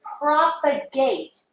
propagate